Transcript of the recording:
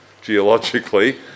geologically